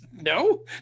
No